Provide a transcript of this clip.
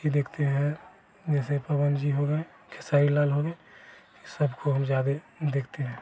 ही देखते हैं जैसे पवन जी हो गए खेसारी लाल हो गए ई सब को हम ज्यादे देखते हैं